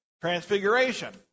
Transfiguration